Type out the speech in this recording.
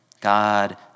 God